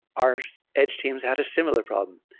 our edge teams had a similar problem.